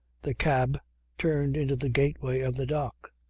the cab turned into the gateway of the dock.